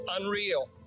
unreal